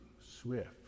swift